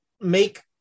make